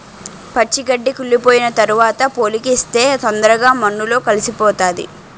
పచ్చి గడ్డి కుళ్లిపోయిన తరవాత పోలికేస్తే తొందరగా మన్నులో కలిసిపోతాది